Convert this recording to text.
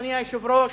אדוני היושב-ראש,